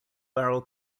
barrel